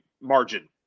margin